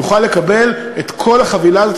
יוכל לקבל את כל החבילה הזאת,